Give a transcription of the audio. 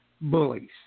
Bullies